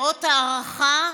לאות הערכה,